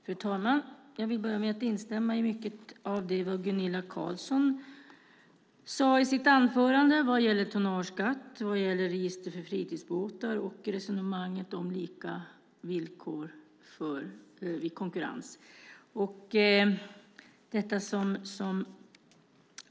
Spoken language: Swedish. Fru talman! Jag vill börja med att instämma i mycket av det Gunilla Carlsson sade i sitt anförande vad gäller tonnageskatt, register för fritidsbåtar och resonemanget om lika villkor för övrig konkurrens.